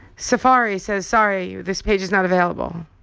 safari says, sorry, this page is not available.